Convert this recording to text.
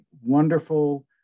wonderful